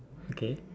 okay